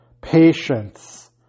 Patience